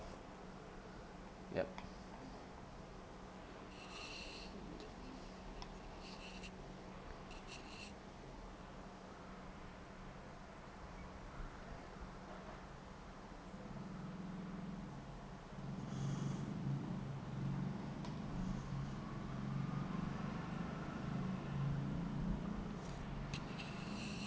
ya